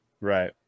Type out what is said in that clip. Right